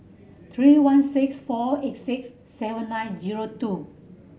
three one six four eight six seven nine zero two